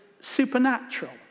supernatural